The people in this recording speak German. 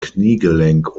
kniegelenk